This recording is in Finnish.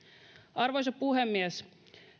arvoisa puhemies